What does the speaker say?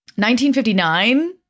1959